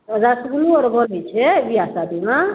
रसगुल्लो आओर बनै छै विवाह शादी मे